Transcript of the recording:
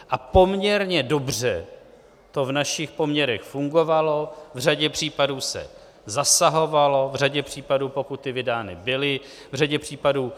A poměrně dobře to v našich poměrech fungovalo, v řadě případů se zasahovalo, v řadě případů pokuty vydány byly, v řadě případů...